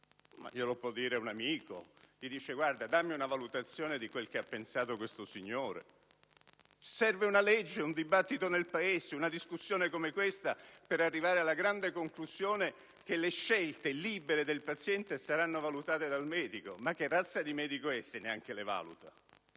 Glielo può dire un amico. Gli chiede: dammi una valutazione di quello che ha pensato questo signore. Serve una legge, un dibattito del Paese, una discussione come questa per arrivare alla grande conclusione che le scelte libere del paziente saranno valutate dal medico? Ma che razza di medico è se neanche le valuta?